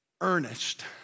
earnest